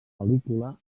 pel·lícula